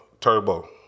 Turbo